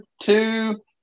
two